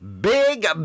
big